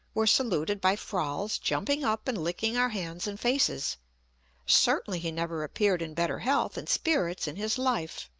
were saluted by froll's jumping up and licking our hands and faces certainly he never appeared in better health and spirits in his life.